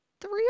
three